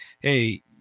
Hey